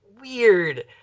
weird